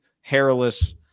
hairless